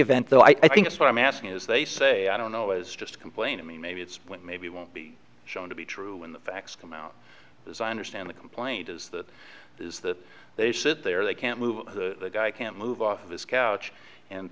event though i think it's what i'm asking is they say i don't know is just complaining me maybe it's maybe won't be shown to be true when the facts come out as i understand the complaint is that is that they sit there they can't move the guy can't move off of his couch and